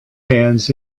hands